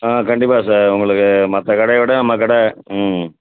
ஆ கண்டிப்பாக சார் உங்களுக்கு மற்ற கடையை விட நம்ம கடை ம்